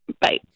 bye